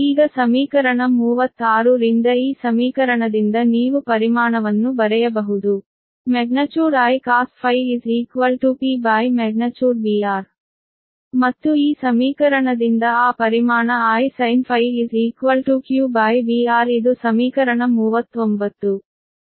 ಈಗ ಸಮೀಕರಣ 36 ರಿಂದ ಈ ಸಮೀಕರಣದಿಂದ ನೀವು ಪರಿಮಾಣವನ್ನು ಬರೆಯಬಹುದು |I| cos ∅ P|VR| ಮತ್ತು ಈ ಸಮೀಕರಣದಿಂದ ಆ ಪರಿಮಾಣ |I|sin⁡∅ QV R ಇದು ಸಮೀಕರಣ 39